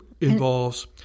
involves